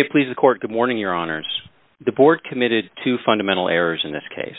to leave the court that morning your honour's the board committed to fundamental errors in this case